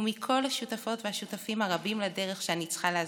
ומכל השותפות והשותפים הרבים לדרך שאני צריכה להזכיר.